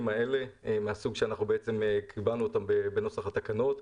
האלה נעשו כשאנחנו בעצם קיבלנו אותם בנוסח התקנות.